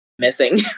missing